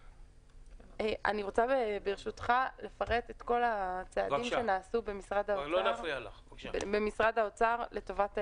אני רוצה לפרט את כל הצעדים שנעשו במשרד האוצר לטובת המשק.